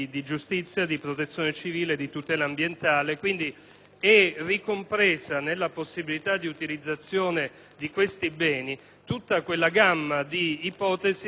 ricompresa nella possibilità di utilizzazione di questi beni tutta quella gamma di ipotesi contenute - in modo certamente più diffuso, ma qui